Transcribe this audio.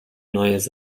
neues